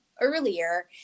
earlier